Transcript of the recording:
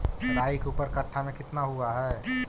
राई के ऊपर कट्ठा में कितना हुआ है?